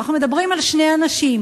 אנחנו מדברים על שני אנשים,